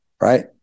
right